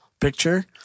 picture